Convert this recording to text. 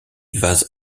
vases